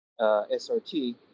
SRT